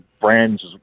brands